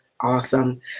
Awesome